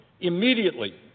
immediately